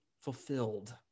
fulfilled